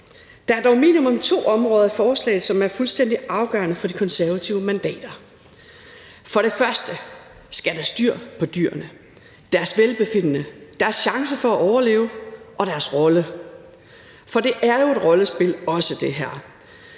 Der er dog minimum to områder i forslaget, som er fuldstændig afgørende for de konservative mandater. For det første skal der styr på dyrene, deres velbefindende, deres chancer for at overleve og deres rolle, for det her er jo også et